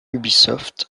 ubisoft